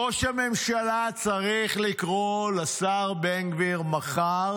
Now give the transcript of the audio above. ראש הממשלה צריך לקרוא לשר בן גביר מחר